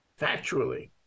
factually